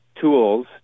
tools